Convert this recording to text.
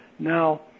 now